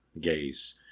gays